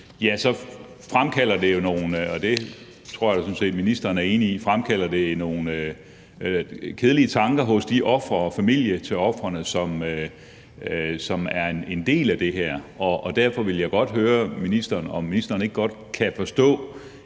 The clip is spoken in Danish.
så fremkalder det jo nogle kedelige tanker – og det tror jeg sådan set at ministeren er enig i – hos de ofre og familierne til ofrene, som er en del af det der. Og derfor vil jeg godt høre, om ministeren ikke godt kan forstå,